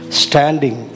standing